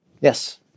Yes